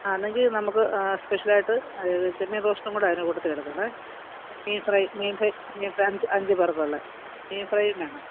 ആണെങ്കിൽ നമുക്ക് സ്പെഷ്യൽ ആയിട്ട് അതായത് ചെമ്മീൻ റോസ്റ്റും കൂടെ അതിൻ്റെ കൂട്ടത്തിൽ എടുക്കണേ മീൻ ഫ്രൈ മീൻ ഫ്രൈ മീൻ ഫ്രൈ അഞ്ച് പേർക്കുള്ള മീൻ ഫ്രൈയും വേണം